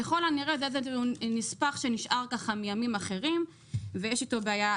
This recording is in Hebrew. ככל הנראה זה איזה נספח שנראה ככה מימים אחרים ויש איתו בעיה.